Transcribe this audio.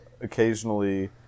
occasionally